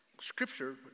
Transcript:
Scripture